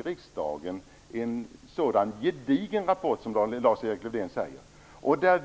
riksdagen skall avslå en sådan gedigen rapport, som Lars Erik Lövdén säger.